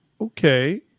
Okay